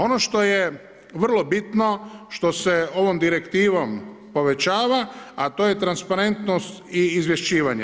Ono što je vrlo bitno, što se ovom direktivom povećava, a to je transparentnost i izvješćivanje.